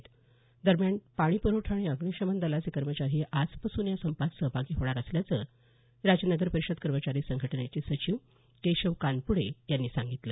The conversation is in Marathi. या दरम्यान अत्यावश्यक सेवा असलेल्या पाणीप्रवठा आणि अग्निशमन दलाचे कर्मचारीही आजपासून या संपात सहभागी होणार असल्याचं राज्य नगरपरिषद कर्मचारी संघटनेचे सचिव केशव कानपुडे यांनी सांगितलं